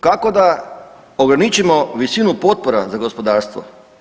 Kako da ograničimo visinu potpora za gospodarstvo?